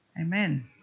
Amen